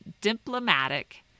Diplomatic